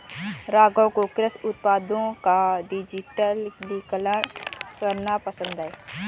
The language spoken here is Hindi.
राघव को कृषि उत्पादों का डिजिटलीकरण करना पसंद है